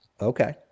Okay